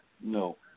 No